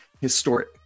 historic